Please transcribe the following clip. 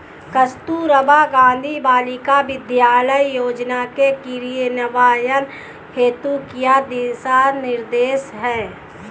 कस्तूरबा गांधी बालिका विद्यालय योजना के क्रियान्वयन हेतु क्या दिशा निर्देश हैं?